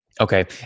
Okay